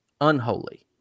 unholy